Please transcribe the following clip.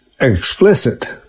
explicit